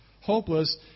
hopeless